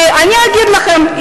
אני אגיד לכם,